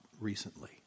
recently